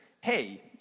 hey